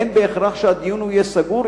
אין הכרח שהדיון יהיה סגור,